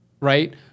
right